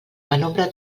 penombra